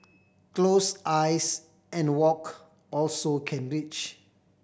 close eyes and walk also can reach